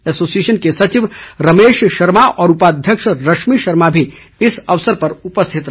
association के सचिव रमेश शर्मा और उपाध्यक्ष रश्मि शर्मा भी इस अवसर पर उपस्थित रहे